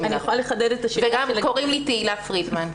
וגם קוראים לי תהלה פרידמן.